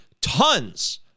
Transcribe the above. tons